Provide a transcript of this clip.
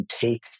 take